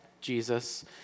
Jesus